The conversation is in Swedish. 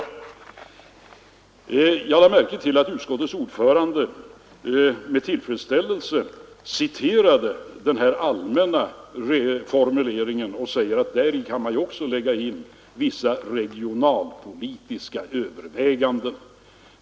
Jag lade märke till att utskottets ordförande med tillfredsställelse citerade den allmänna formuleringen och sade att däri kan man ju också lägga in vissa regionalpolitiska överväganden.